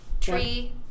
tree